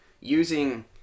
using